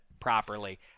properly